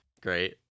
Great